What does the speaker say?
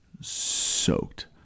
soaked